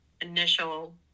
initial